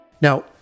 Now